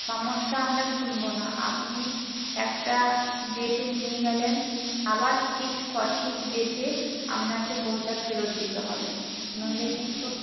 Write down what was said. সমস্যা আমরা শুনব না আপনি একটা ডেটে নিয়ে গেলেন আবার ঠিক সঠিক ডেটে আপনাকে বইটা ফেরত দিতে হবে নইলে কিন্তু